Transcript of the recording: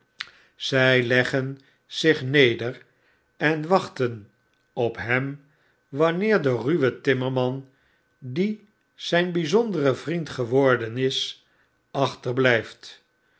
zij leggen zich neder en wachten op hem wanneer de ruwe timmerman die zijn bijzondere vriend geworden is achter